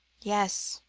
yes,